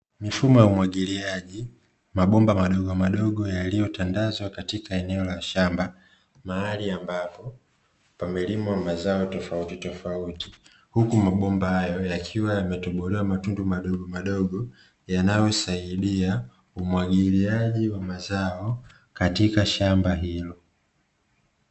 Mifumo ya umwagiliaji, mabomba madogomadogo yaliyotandazwa katika eneo la shamba mahali ambapo, pamelimwa mazao ya tofautitofauti, huku mabomba hayo yakiwa yametobolewa matundu madogomadogo yanayosaidia umwagiliaji wa mazao katika shamba hilo.